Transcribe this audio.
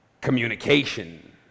communication